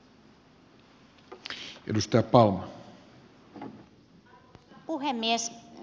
arvoisa puhemies